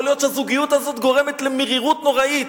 יכול להיות שהזוגיות הזאת גורמת למרירות נוראית,